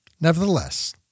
Nevertheless